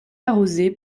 arrosée